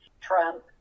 Trump